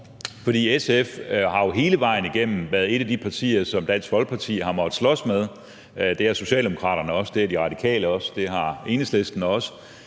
SF har jo hele vejen igennem været et af de partier, som Dansk Folkeparti har måttet slås med. Det har Socialdemokraterne også, det har De Radikale også, og det har Enhedslisten også